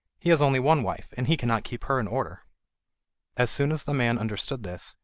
he has only one wife, and he cannot keep her in order as soon as the man understood this,